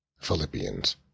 Philippians